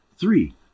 Three